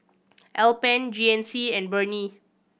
Alpen G N C and Burnie